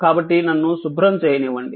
కాబట్టి నన్ను శుభ్రం చేయనివ్వండి